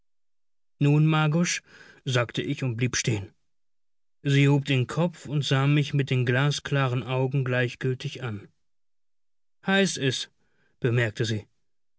nun margusch sagte ich und blieb stehen sie hob den kopf und sah mich mit den glasklaren augen gleichgültig an heiß is bemerkte sie